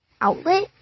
outlet